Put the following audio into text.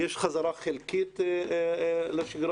יש חזרה חלקית לשגרה,